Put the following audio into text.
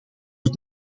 het